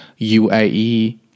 UAE